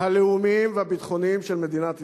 הלאומיים והביטחוניים של מדינת ישראל.